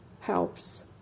helps